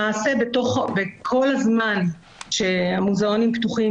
למעשה כל הזמן שהמוזיאונים פתוחים,